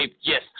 yes